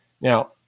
Now